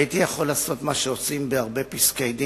הייתי יכול לעשות מה שעושים שופטים בהרבה פסקי-דין: